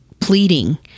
pleading